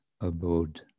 abode